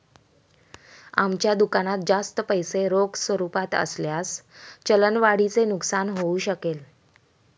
आमच्या दुकानात जास्त पैसे रोख स्वरूपात असल्यास चलन वाढीचे नुकसान होऊ शकेल